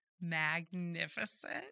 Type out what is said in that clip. magnificent